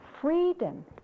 Freedom